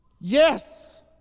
Yes